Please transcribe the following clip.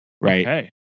Right